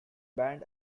band